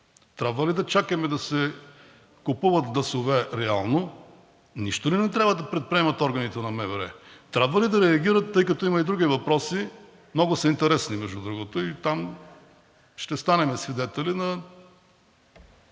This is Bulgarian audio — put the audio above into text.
трябва ли да чакаме да се купуват гласове реално? Нищо ли не трябва да предприемат органите на МВР? Трябва ли да реагират, тъй като има и други въпроси – между другото, много са интересни, и там ще станем свидетели